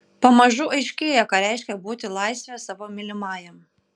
pamažu aiškėja ką reiškia būti laisve savo mylimajam